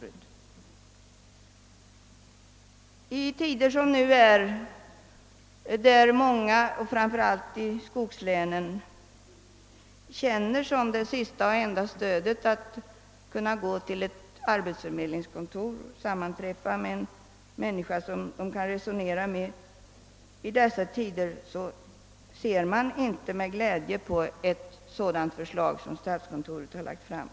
I de tider som nu råder känner många människor, framför allt i skogslänen, som det enda stödet att de kan gå till ett arbetsförmedlingskontor och resonera med någon om sin situation, och de människorna ser inte med glädje på det förslag statskontoret har lagt fram.